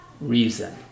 reason